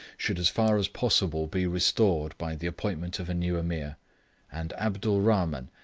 should as far as possible be restored by the appointment of a new ameer and abdul rahman,